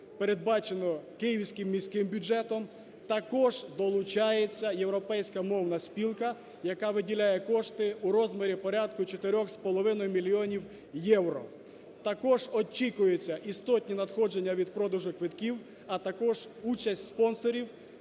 передбачено київським міським бюджетом. Також долучається Європейська мовна спілка, яка виділяє кошти у розмірі порядку 4,5 мільйонів євро. Також очікуються істотні надходження від продажу квитків, а також участь спонсорів